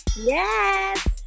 yes